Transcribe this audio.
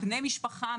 בני משפחה,